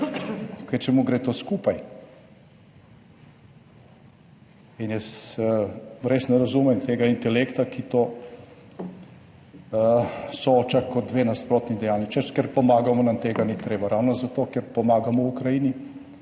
Kvečjemu gre to skupaj. In jaz res ne razumem tega intelekta, ki to sooča kot dve nasprotni dejanji, češ, ker pomagamo nam tega ni treba. Ravno zato, ker pomagamo Ukrajini,